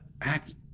act